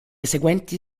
seguenti